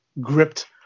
gripped